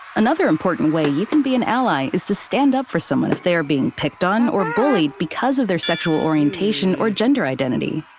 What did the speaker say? another important way you can be an ally is to stand up for someone if they are being picked on or bullied because of their sexual orientation or gender identity.